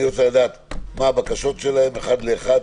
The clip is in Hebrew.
אני רוצה לדעת מה הבקשות שלכם אחת ולאחת,